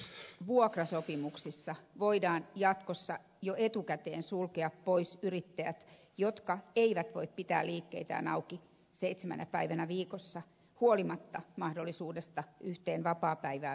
toisaalta kauppakeskusvuokrasopimuksissa voidaan jatkossa jo etukäteen sulkea pois yrittäjät jotka eivät voi pitää liikkeitään auki seitsemänä päivänä viikossa huolimatta mahdollisuudesta yhteen vapaapäivään viikossa